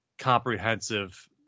comprehensive